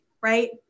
Right